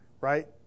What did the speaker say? right